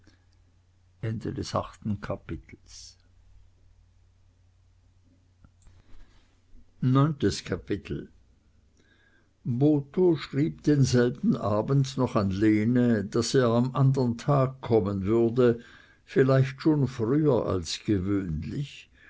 neuntes kapitel botho schrieb denselben abend noch an lene daß er am andern tage kommen würde vielleicht schon früher als gewöhnlich